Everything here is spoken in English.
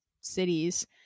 cities